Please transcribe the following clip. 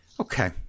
Okay